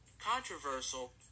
controversial